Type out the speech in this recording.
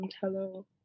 Hello